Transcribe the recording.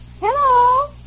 Hello